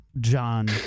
John